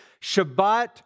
Shabbat